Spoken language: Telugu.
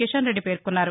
కిషన్రెడ్డి పేర్కొన్నారు